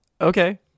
Okay